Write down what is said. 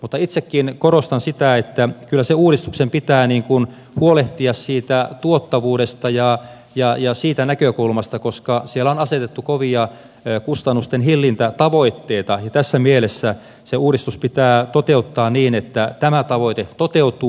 mutta itsekin korostan sitä että kyllä sen uudistuksen pitää huolehtia siitä tuottavuudesta ja siitä näkökulmasta koska siellä on asetettu kovia kustannusten hillintätavoitteita ja tässä mielessä se uudistus pitää toteuttaa niin että tämä tavoite toteutuu